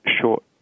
short